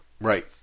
right